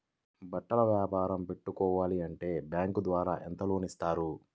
బట్టలు వ్యాపారం పెట్టుకోవాలి అంటే బ్యాంకు ద్వారా ఎంత లోన్ ఇస్తారు?